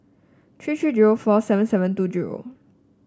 three three zero four seven seven two zero